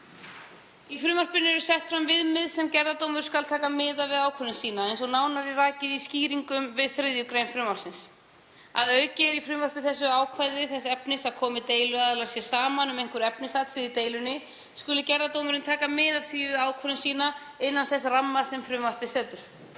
Í frumvarpinu eru sett fram viðmið sem gerðardómur skal taka mið af við ákvörðun sína, eins og nánar er rakið í skýringum við 3. gr. frumvarpsins. Að auki er í frumvarpi þessu ákvæði þess efnis að komi deiluaðilar sér saman um einhver efnisatriði í deilunni skuli gerðardómur taka mið af því við ákvörðun sína innan þess ramma sem frumvarpið setur.